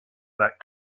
that